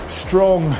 strong